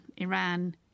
Iran